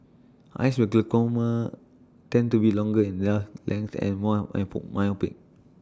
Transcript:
eyes with glaucoma tended to be longer in this length and more and for myopic